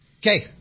Okay